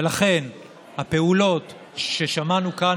ולכן הפעולות ששמענו כאן